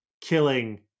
killing